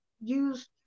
use